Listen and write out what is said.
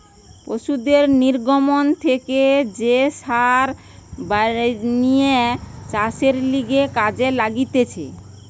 পশুদের নির্গমন থেকে যে সার বানিয়ে চাষের লিগে কাজে লাগতিছে